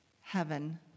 heaven